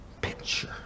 picture